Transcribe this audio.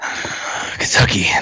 Kentucky